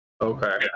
Okay